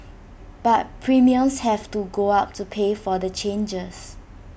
but premiums have to go up to pay for the changes